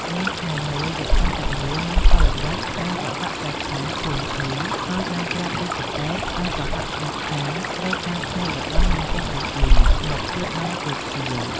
មានថ្ងៃមួយយក្សសន្ធមារមានកលល្បិចបានកុហកស្តេចថាខ្លួនឈឺ ហើយបានប្រាប់រាជពេទ្យឲ្យកុហកស្តេចថាត្រូវការភ្នែករបស់នាងទាំង១២មកព្យាបាលទើបជា។